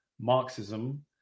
Marxism